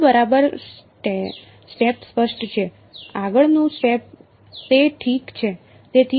બધુ બરાબર સેટઅપ સ્પષ્ટ છે આગળનું સ્ટેપ તે ઠીક છે